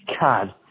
God